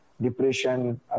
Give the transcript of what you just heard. depression